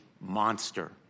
monster